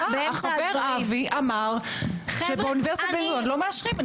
החבר אבי אמר שבאוניברסיטת בן גוריון לא מאשרים.